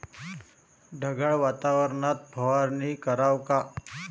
ढगाळ वातावरनात फवारनी कराव का?